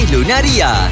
Lunaria